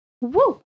Woo